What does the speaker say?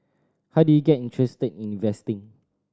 how did you get interested in investing